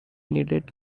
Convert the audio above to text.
needed